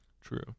True